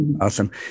Awesome